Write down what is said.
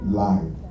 life